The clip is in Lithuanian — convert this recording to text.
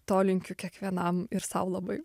to linkiu kiekvienam ir sau labai